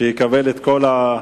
ועדת העבודה,